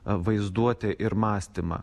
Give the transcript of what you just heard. vaizduotę ir mąstymą